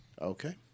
Okay